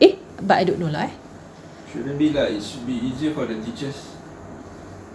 eh but I don't know lah eh